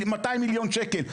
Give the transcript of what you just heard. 200 מיליון שקל,